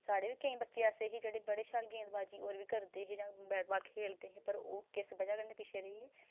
साढ़े बी केईं बच्चे ऐसे हे जेह्ड़े बड़े शैल गेंदबाजी होर बी करदे हे जां बैट बाल खेलदे हे पर ओह् किस बजह कन्नै पिच्छे रेही गे